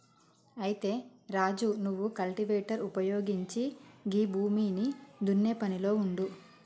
అయితే రాజు నువ్వు కల్టివేటర్ ఉపయోగించి గీ భూమిని దున్నే పనిలో ఉండు